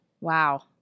Wow